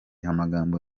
amagambo